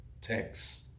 text